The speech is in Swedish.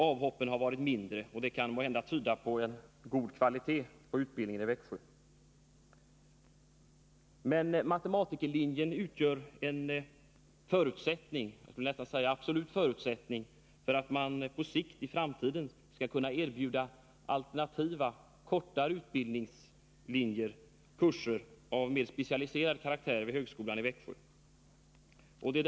Avhoppen har varit färre, och det kan måhända tyda på god kvalitet i undervisningen i Växjö. Men matematikerlinjen utgör en förutsättning — jag vill nästan säga absolut förutsättning — för att man på sikt skall kunna erbjuda alternativa korta kurser av mer specialiserad karaktär inom dataområdet vid högskolan i Växjö.